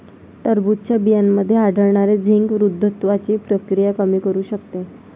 टरबूजच्या बियांमध्ये आढळणारे झिंक वृद्धत्वाची प्रक्रिया कमी करू शकते